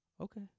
okay